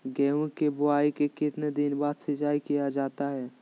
गेंहू की बोआई के कितने दिन बाद सिंचाई किया जाता है?